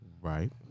right